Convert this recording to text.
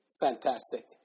Fantastic